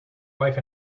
wife